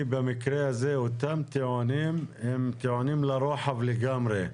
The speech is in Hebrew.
כי במקרה הזה אותם טיעונים הם טיעונים לרוחב לגמרי.